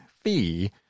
fee